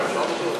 כחלון.